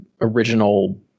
original